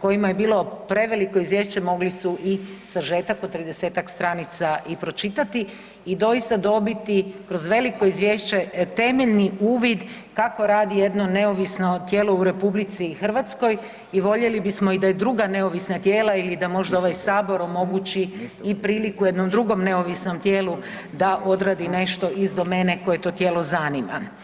kojima je bilo preveliko izvješće mogli su i sažetak od 30-tak stranica i pročitati i doista dobiti kroz veliko izvješće temeljni uvid kako radi jedno neovisno tijelo u RH i voljeli bismo da i druga neovisna tijela ili da možda ovaj Sabor omogući i priliku jednom drugom neovisnom tijelu da odradi nešto iz domene koje to tijelo zanima.